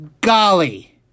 Golly